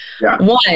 One